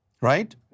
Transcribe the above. right